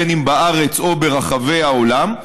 בין אם בארץ או ברחבי העולם.